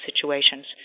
situations